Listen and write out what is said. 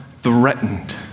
threatened